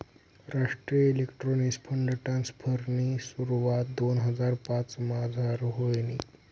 राष्ट्रीय electronics fund ट्रान्स्फरनी सुरवात दोन हजार पाचमझार व्हयनी